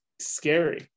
scary